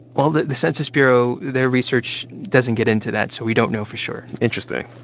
well, the the census bureau their research doesn't get into that, so we don't know for sure interesting.